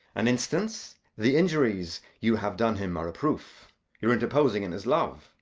an instance? the injuries you have done him are a proof your interposing in his love.